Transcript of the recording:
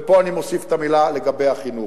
ופה אני מוסיף את המלה לגבי החינוך: